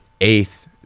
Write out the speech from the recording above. Eighth